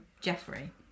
Jeffrey